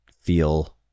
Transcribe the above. feel